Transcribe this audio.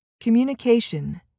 communication